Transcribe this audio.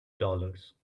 dollars